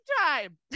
time